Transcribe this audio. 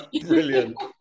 Brilliant